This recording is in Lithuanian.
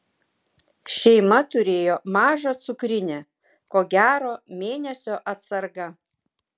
šeima turėjo mažą cukrinę ko gero mėnesio atsarga